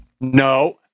No